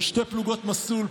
שתי פלוגות מסלול,